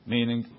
Meaning